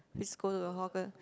please go to the hawker